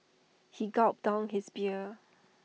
he gulped down his beer